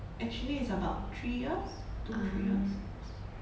actually is about three years two three years